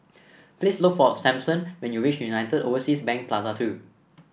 please look for Samson when you reach United Overseas Bank Plaza Two